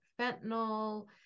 fentanyl